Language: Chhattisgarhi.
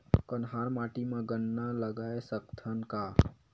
कन्हार माटी म गन्ना लगय सकथ न का?